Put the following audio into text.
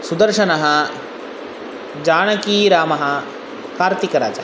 सुदर्शनः जानकिरामः कार्तिकराजः